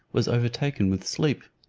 was overtaken with sleep.